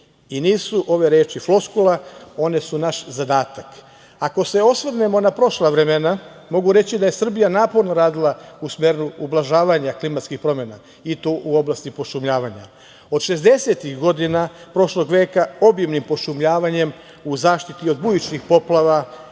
Nisu ove reči floskula. One su naš zadatak. Ako se osvrnemo na prošla vremena mogu reći da je Srbija naporno radila u smeru ublažavanja klimatskih promena i to u oblasti pošumljavanja. Od šezdesetih godina prošlog veka obimnim pošumljavanjem u zaštiti od bujičnih poplava